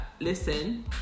listen